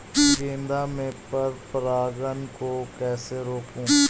गेंदा में पर परागन को कैसे रोकुं?